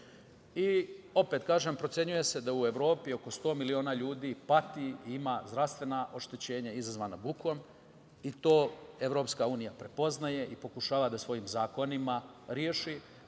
kažem, procenjuje se da u Evropi oko 100 miliona ljudi pati i ima zdravstvena oštećenja izazvana bukom i to EU prepoznaje i pokušava da svojim zakonima reši,